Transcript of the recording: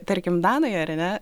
tarkim danai ar ne